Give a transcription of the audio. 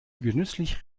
genüsslich